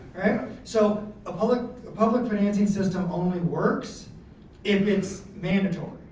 right? so a public public financing system only works if it's mandatory.